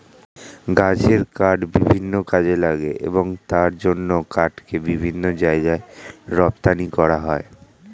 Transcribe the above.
গাছের কাঠ বিভিন্ন কাজে লাগে এবং তার জন্য কাঠকে বিভিন্ন জায়গায় রপ্তানি করা হয়